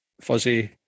fuzzy